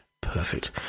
Perfect